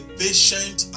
patient